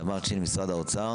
תמר צ'ין, משרד האוצר.